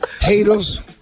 haters